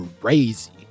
crazy